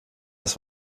das